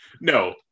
No